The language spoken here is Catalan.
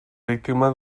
víctima